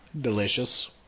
Delicious